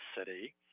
city